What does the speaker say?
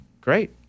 great